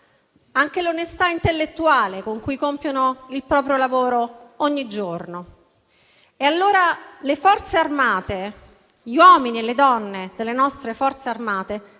anche l'onestà intellettuale con cui compiono il proprio lavoro ogni giorno. Allora, le Forze armate, gli uomini e le donne delle nostre Forze armate,